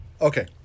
Okay